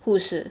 护士